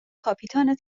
کاپیتان